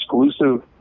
exclusive